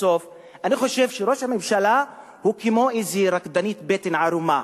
בסוף אני חושב שראש הממשלה הוא כמו רקדנית בטן ערומה,